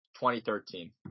2013